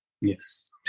Yes